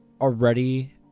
already